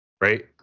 right